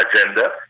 agenda